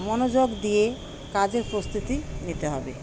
মনোযোগ দিয়ে কাজের প্রস্তুতি নিতে হবে